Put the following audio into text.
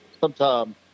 sometime